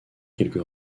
quelques